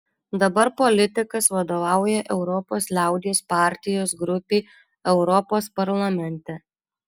dabar politikas vadovauja europos liaudies partijos grupei europos parlamente